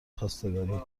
خواستگاری